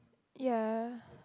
ya